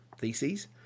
theses